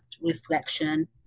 reflection